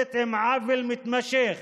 מתמודדת עם עוול מתמשך